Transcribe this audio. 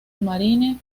marine